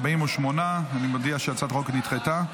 48. אני מודיע שהצעת החוק נדחתה.